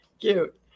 Cute